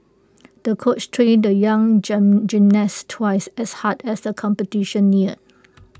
the coach trained the young gym gymnast twice as hard as the competition neared